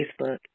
Facebook